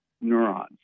neurons